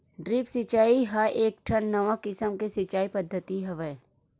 drip सिचई ह एकठन नवा किसम के सिचई पद्यति हवय